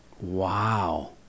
Wow